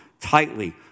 tightly